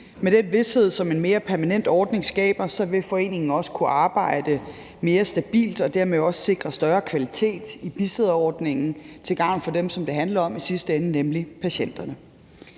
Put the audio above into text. Med den vished, som en mere permanent ordning skaber, vil foreningen også kunne arbejde mere stabilt og dermed også sikre større kvalitet i bisidderordningen til gavn for dem, som det handler om i sidste ende, nemlig patienterne.